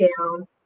down